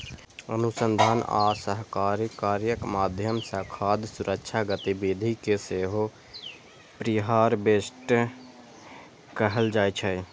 अनुसंधान आ सहकारी कार्यक माध्यम सं खाद्य सुरक्षा गतिविधि कें सेहो प्रीहार्वेस्ट कहल जाइ छै